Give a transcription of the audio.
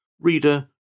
Reader